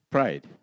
Pride